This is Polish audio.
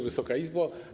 Wysoka Izbo!